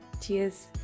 Cheers